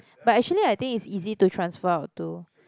but actually I think it's easy to transfer out to